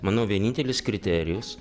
manau vienintelis kriterijus